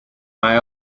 may